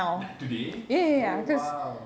like today oh !wow!